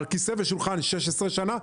על כיסא ושולחן יש 16 שנים,